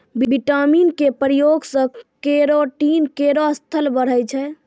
vitamin क प्रयोग सें केरोटीन केरो स्तर बढ़ै छै